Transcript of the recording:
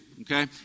okay